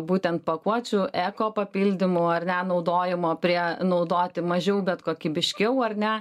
būtent pakuočių eko papildymų ar ne naudojimo prie naudoti mažiau bet kokybiškiau ar ne